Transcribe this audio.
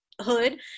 hood